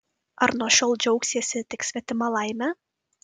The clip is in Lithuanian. ar nuo šiol džiaugsiesi tik svetima laime